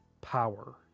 power